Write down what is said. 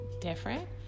different